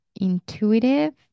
intuitive